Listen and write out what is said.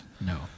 No